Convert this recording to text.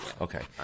okay